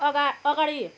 अगा अगाडि